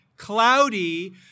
cloudy